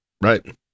right